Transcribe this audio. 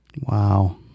Wow